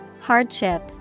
Hardship